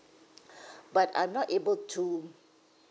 but I'm not able to